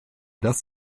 dass